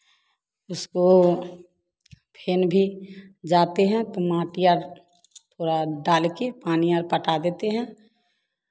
उसको फिर भी जाते हैं तो मिट्टीयाँ थोड़ा डाल कर पानी और पटा देते हैं